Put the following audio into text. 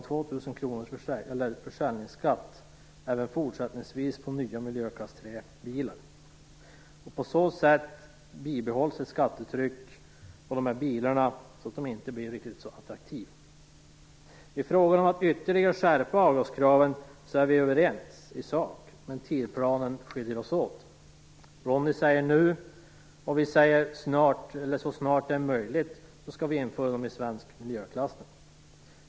2 000 kr i försäljningsskatt även fortsättningsvis för nya miljöklass 3-bilar. På så sätt bibehålls ett skattetryck på dessa bilar som gör dem mindre attraktiva. I frågan om att ytterligare skärpa avgaskraven är vi överens i sak, men tidsplanen skiljer oss åt. Ronny Korsberg säger att det skall ske nu, men vi säger att de skärpta avgaskraven så snart det är möjligt skall införas i svensk miljöklassning.